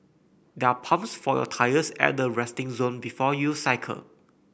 there are pumps for your tyres at the resting zone before you cycle